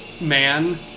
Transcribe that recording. man